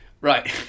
right